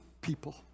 people